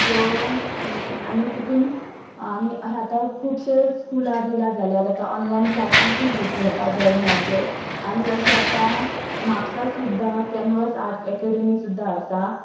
so आनी तितून आनी अशें आतां खुबशे स्कुलां बिलां जाल्यात आतां ऑनलायन क्लासिसूय बी घेता ड्रॉइंगाचे आनी अशे आतां म्हापसा सुद्दां कॅनवस आर्ट एकेडेमी सुद्दां आसा